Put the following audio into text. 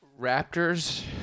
Raptors